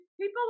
People